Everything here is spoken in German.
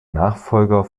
nachfolger